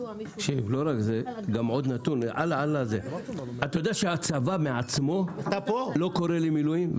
עוד נתון אתה יודע שהצבא מעצמו לא קורא לי למילואים?